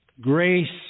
Grace